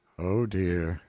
oh, dear,